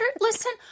listen